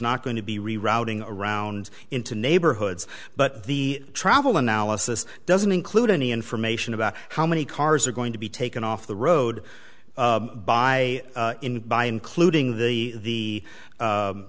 not going to be rerouting around into neighborhoods but the travel analysis doesn't include any information about how many cars are going to be taken off the road by by including the